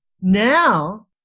now